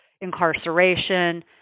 incarceration